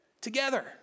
together